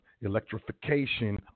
electrification